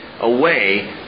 away